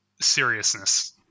seriousness